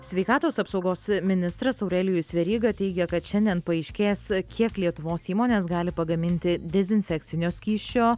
sveikatos apsaugos ministras aurelijus veryga teigė kad šiandien paaiškės kiek lietuvos įmonės gali pagaminti dezinfekcinio skysčio